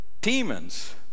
demons